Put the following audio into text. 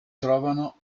trovano